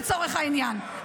לצורך העניין,